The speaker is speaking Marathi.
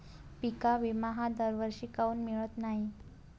पिका विमा हा दरवर्षी काऊन मिळत न्हाई?